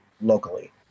locally